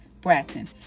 Bratton